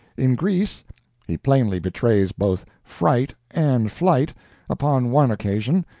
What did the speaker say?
in greece he plainly betrays both fright and flight upon one occasion,